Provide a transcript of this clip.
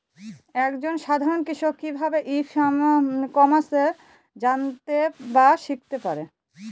এক জন সাধারন কৃষক কি ভাবে ই কমার্সে জানতে বা শিক্ষতে পারে?